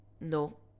No